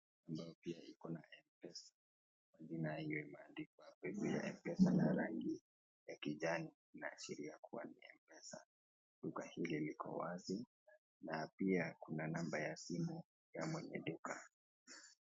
ambao pia iko na MPESA. Na jina hiyo imeandikwa MPESA na rangi ya kijani na kuashiria kuwa ni MPESA. Duka hili liko wazi na pia kuna namba ya simu ya mwenye duka.